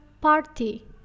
party